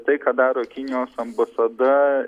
tai ką daro kinijos ambasada